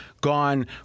gone